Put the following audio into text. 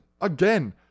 again